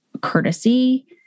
courtesy